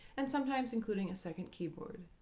and sometimes including a second keyboard.